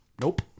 Nope